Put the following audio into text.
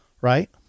Right